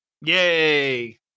Yay